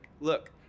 look